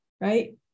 right